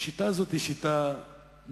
השיטה הזאת היא שיטה נואלת,